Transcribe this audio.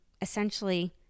essentially